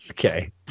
okay